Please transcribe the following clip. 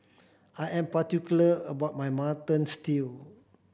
I am particular about my Mutton Stew